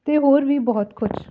ਅਤੇ ਹੋਰ ਵੀ ਬਹੁਤ ਕੁਛ